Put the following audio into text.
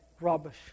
rubbish